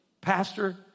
Pastor